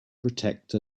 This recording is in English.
protect